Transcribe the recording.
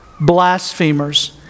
Blasphemers